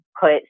put